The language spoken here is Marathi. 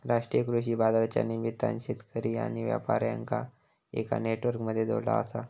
राष्ट्रीय कृषि बाजारच्या निमित्तान शेतकरी आणि व्यापार्यांका एका नेटवर्क मध्ये जोडला आसा